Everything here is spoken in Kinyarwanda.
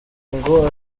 ngo